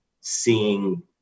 seeing